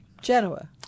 Genoa